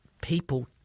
people